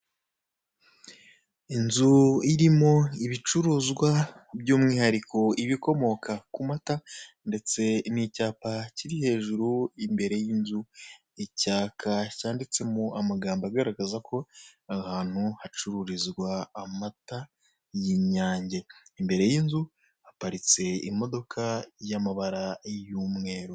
Inzu irimo ibicuruzwa by'umwihariko ibikomoka ku mata ndetse n'icyapa kiri hejuru imbere y'inzu, icyapa cyanditsemo amagambo agaragaza ko aha hantu hacururizwa amata y'inyange; imbere y'inzu haparitse imodoka y'amabara y'umweru.